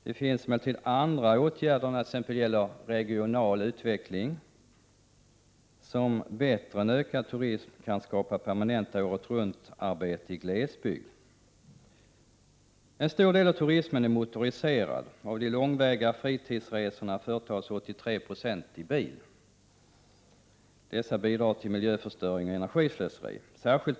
Det finns emellertid andra åtgärder, t.ex. när det gäller regional utveckling, som bättre än ökad turism kan skapa permanent året-runt-arbete i glesbygd. En stor del av turismen är motoriserad. 83 20 av de långväga fritidsresorna företas i bil. Detta bidrar till miljöförstöring och energislöseri.